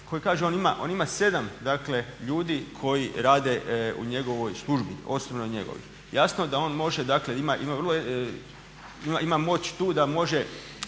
koji kaže on ima 7 ljudi koji rade u njegovoj službi, osobno njegovih. Jasno da on može dakle ima moć tu da može